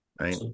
right